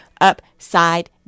upside